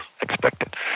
expected